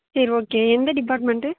சரி ஓகே எந்த டிப்பார்ட்மெண்ட்டு